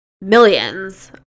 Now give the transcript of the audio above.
millions